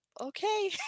okay